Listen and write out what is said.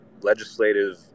legislative